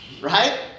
right